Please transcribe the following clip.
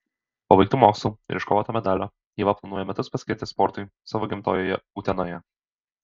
po baigtų mokslų ir iškovoto medalio ieva planuoja metus paskirti sportui savo gimtojoje utenoje